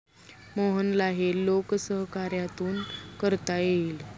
मोहनला हे लोकसहकार्यातून करता येईल